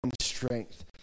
strength